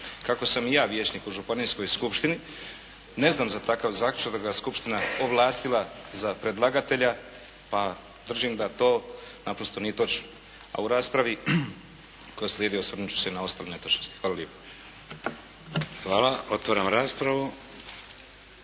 kako sam i ja vijećnik u županijskoj skupštini ne znam za takav zaključak da ga je skupština ovlastila za predlagatelja pa držim da to naprosto nije točno, a u raspravi koja slijedi osvrnut ću se i na ostale netočnosti. Hvala lijepo. **Šeks, Vladimir